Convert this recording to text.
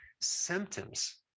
symptoms